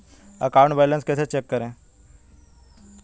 Account balance कैसे check करें?